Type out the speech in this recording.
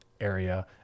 area